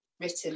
written